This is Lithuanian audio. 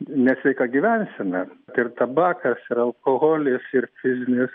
nesveika gyvensena ir tabakas ir alkoholis ir fizinės